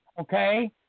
okay